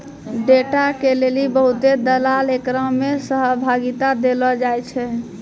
data के लेली बहुते दलाल एकरा मे सहभागिता देलो जाय छै